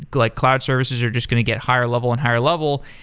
like cloud services are just going to get higher level and higher level,